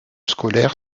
scolaire